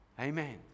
Amen